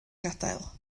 gadael